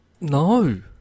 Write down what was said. No